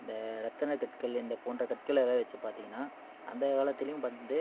இந்த ரத்தன கற்கள்ல இந்த போன்ற கற்களெல்லாம் வச்சி பார்த்திங்கன்னா அந்தைய காலத்திலையும் வந்து